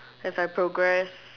as I progress